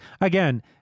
again